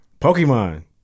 Pokemon